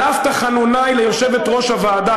על אף תחנוני ליושבת-ראש הוועדה,